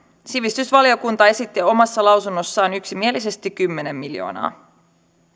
sivistysvaliokunta esitti omassa lausunnossaan yksimielisesti kymmenen miljoonaa